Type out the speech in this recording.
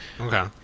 Okay